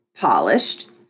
polished